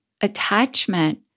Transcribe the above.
attachment